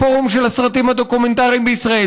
הפורום של הסרטים הדוקומנטריים בישראל,